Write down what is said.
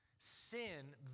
Sin